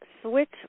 Switch